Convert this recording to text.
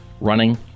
running